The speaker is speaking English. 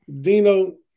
Dino